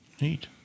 Neat